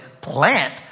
plant